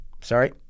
sorry